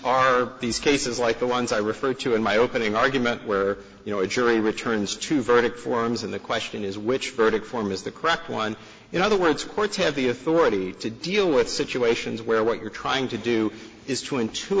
are these cases like the ones i referred to in my opening argument where you know a jury returns true verdict forms and the question is which verdict form is the correct one in other words courts have the authority to deal with situations where what you're trying to do is to into